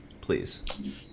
please